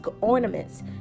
ornaments